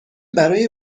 برای